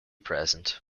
present